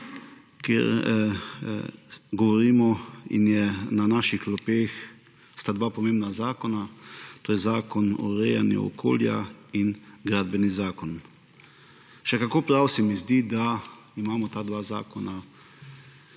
Državnega zbora! Na naših klopeh sta dva pomembna zakona, to je Zakon o urejanju okolja in Gradbeni zakon. Še kako prav se mi zdi, da imamo ta dva zakona